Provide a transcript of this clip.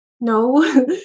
no